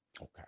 Okay